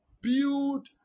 Build